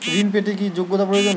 ঋণ পেতে কি যোগ্যতা প্রয়োজন?